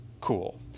cool